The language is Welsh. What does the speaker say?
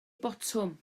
botwm